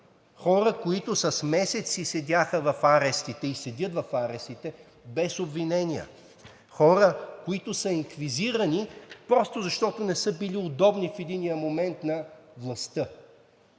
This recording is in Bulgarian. хора, които с месеци седяха в арестите, и седят в арестите без обвинения, хора, които са инквизирани просто защото не са били удобни в единия момент на властта.